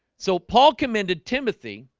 so paul commended timothy